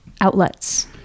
outlets